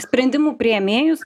sprendimų priėmėjus